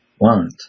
want